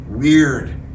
Weird